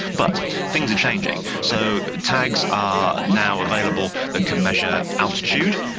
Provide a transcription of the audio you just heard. but things are changing. so tags are now available that can measure altitude,